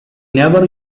never